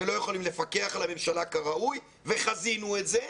ולא יכולים לפקח על הממשלה כראוי, וחזינו את זה.